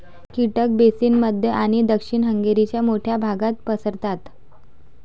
कीटक बेसिन मध्य आणि दक्षिण हंगेरीच्या मोठ्या भागात पसरतात